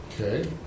Okay